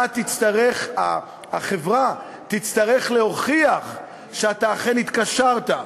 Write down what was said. החברה תצטרך להוכיח שאתה אכן התקשרת,